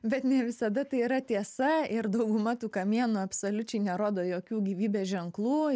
bet ne visada tai yra tiesa ir dauguma tų kamienų absoliučiai nerodo jokių gyvybės ženklų